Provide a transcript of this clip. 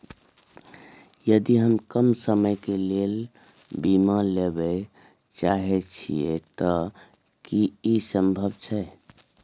यदि हम कम समय के लेल बीमा लेबे चाहे छिये त की इ संभव छै?